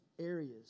areas